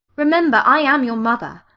remember i am your mother.